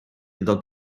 iddo